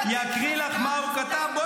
להקריא לך מה הוא כתב?